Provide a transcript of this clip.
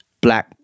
black